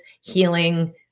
healing